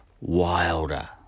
wilder